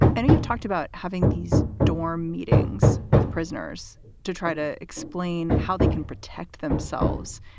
and you've talked about having these dorm meetings with prisoners to try to explain how they can protect themselves.